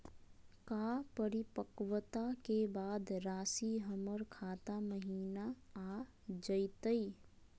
का परिपक्वता के बाद रासी हमर खाता महिना आ जइतई?